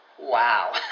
wow